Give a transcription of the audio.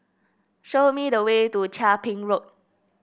show me the way to Chia Ping Road